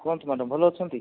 କଣ ଅଛି ମ୍ୟାଡାମ ଭଲ ଅଛନ୍ତି